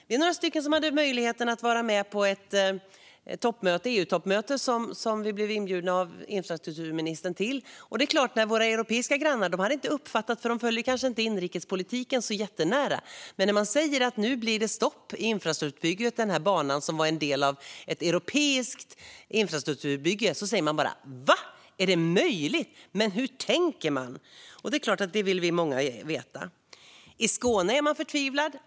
Vi var några stycken som hade möjligheten att vara med på ett EU-toppmöte som vi blev inbjudna till av infrastrukturministern. Våra europeiska grannar hade kanske inte uppfattat läget. De kanske inte följer vår inrikespolitik så jättenära. När man säger att det nu blir stopp i infrastrukturbygget av banan som var en del av ett europeiskt infrastrukturbygge säger de bara: Va, är det möjligt? Hur tänker man? Det är klart att vi är många som vill veta det. I Skåne är man förtvivlad.